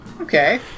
okay